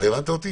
הבנת אותי?